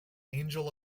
angel